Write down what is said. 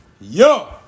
Yo